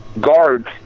guard